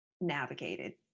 navigated